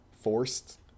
forced